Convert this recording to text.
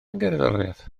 gerddoriaeth